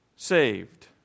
saved